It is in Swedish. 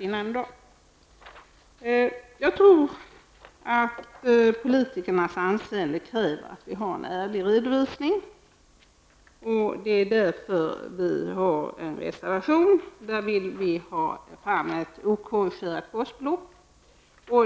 Jag tror att det med tanke på politikernas anseende är nödvändigt med en ärlig redovisning. Därför har vi skrivit en reservation. Vi vill ha ett okorrigerat basbelopp.